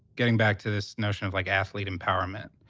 getting back to this notion of, like, athlete empowerment,